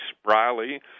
spryly